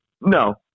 No